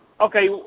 okay